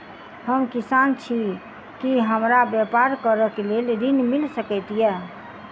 हम किसान छी की हमरा ब्यपार करऽ केँ लेल ऋण मिल सकैत ये?